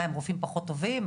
מה, הם רופאים פחות טובים?